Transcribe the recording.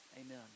amen